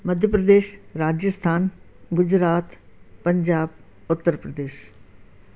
Madhya Pradesh Rajasthan Gujarat Punjab Uttar Pradesh